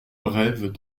brèves